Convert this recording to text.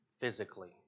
Physically